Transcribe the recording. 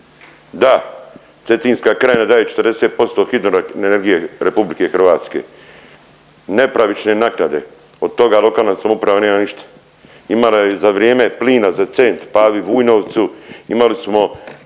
Da, Cetinska krajina daje 40% hidroenergije RH. Nepravične naknade, od toga lokalna samouprava nema ništa. Imala je za vrijeme plina za cent Pavi Vujnovcu, imali smo